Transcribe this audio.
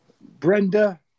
Brenda